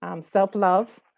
self-love